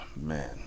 man